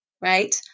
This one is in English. Right